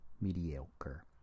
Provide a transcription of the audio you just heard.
mediocre